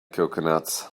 coconuts